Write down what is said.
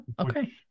okay